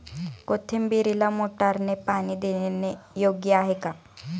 कोथिंबीरीला मोटारने पाणी देणे योग्य आहे का?